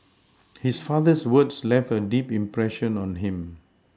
his father's words left a deep impression on him